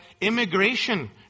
immigration